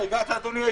מהן ללא